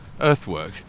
earthwork